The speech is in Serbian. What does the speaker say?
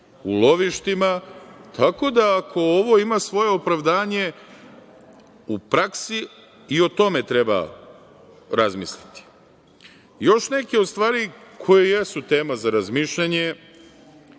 u lovištima. Tako da ako ovo ima svoje opravdanje u praksi i o tome treba razmisliti. Još neke od stvari koje jesu tema za razmišljanje,